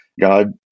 God